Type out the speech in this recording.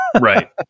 Right